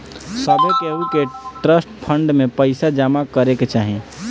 सभे केहू के ट्रस्ट फंड में पईसा जमा करे के चाही